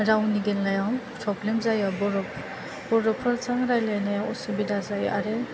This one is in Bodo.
रावनि बेलायाव फ्रब्लेम जायो बर' बर'फोरजों रायलायनायाव उसुबिदा जायो आरो